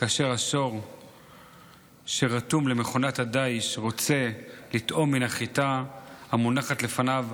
כאשר השור שרתום למכונת הדיש רוצה לטעום מן החיטה המונחת לפניו,